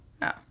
No